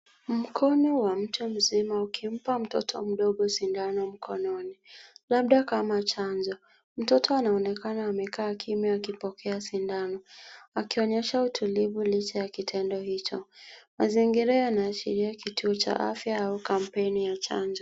Mkono wa mtu mzima ukimpa mtoto mdogo sindano mkononi, labda kama chanjo. Mtoto anaonekana amekaa kimya akipokea sindano akionyesha utulivu licha ya kitendo hicho. Mazingira yanaashiria kituo cha afya au kampeni ya chanjo.